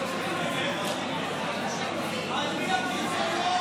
חברי הכנסת.